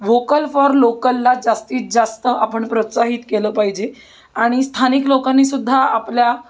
vocal for लोकलला जास्तीत जास्त आपण प्रोत्साहित केलं पाहिजे आणि स्थानिक लोकांनी सुद्धा आपल्या